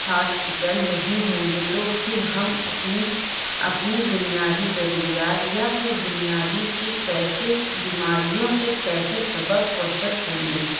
hospital نہیں ہوں گے تو پھر ہم اپنی اپنی بنیادی ضروریات یا پھر بنیادی سے کیسے بیماریوں سے کیسے سبق و شک ہوں گے